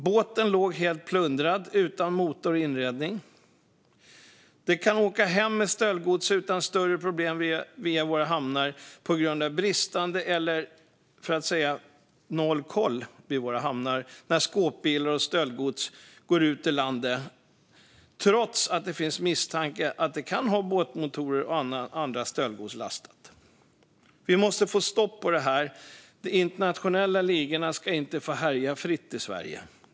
Båten låg där helt plundrad, utan motor och inredning. Brottslingarna kan åka hem med stöldgodset utan större problem via våra hamnar på grund av bristande, för att inte säga noll, koll vid våra hamnar. Skåpbilar med stöldgods går ut ur landet trots att det finns misstanke om att de kan ha last bestående av båtmotorer och annat stöldgods. Vi måste få stopp på det här. De internationella ligorna ska inte få härja fritt i Sverige.